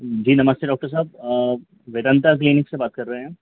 जी नमस्ते डॉक्टर साहब वेदांता क्लीनिक से बात कर रहें हैं